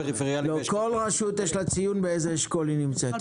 כל רשות יש לה ציון באיזה אשכול היא נמצאת,